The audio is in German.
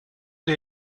der